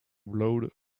blown